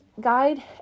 guide